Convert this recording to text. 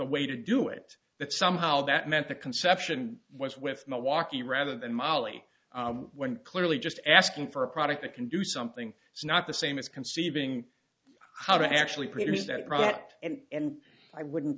a way to do it that somehow that meant the conception was with milwaukee rather than molly when clearly just asking for a product that can do something it's not the same as conceiving how to actually produce that product and i wouldn't